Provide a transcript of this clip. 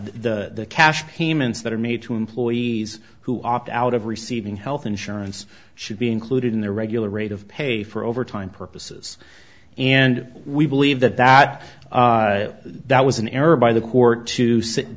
care the cash payments that are made to employees who opt out of receiving health insurance should be included in the regular rate of pay for overtime purposes and we believe that that that was an error by the court to sit